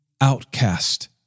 outcast